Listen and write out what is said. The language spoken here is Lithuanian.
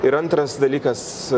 ir antras dalykas